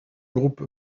groupes